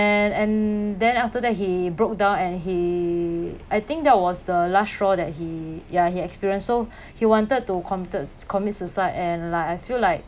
and then after that he broke down and he I think that was the last straw that he ya he experienced so he wanted to committed commit suicide and like I feel like